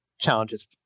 challenges